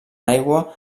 aigua